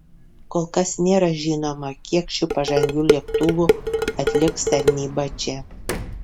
kol kas nėra žinoma kiek šių pažangių lėktuvų atliks tarnybą čia